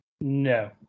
No